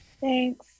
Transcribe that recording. Thanks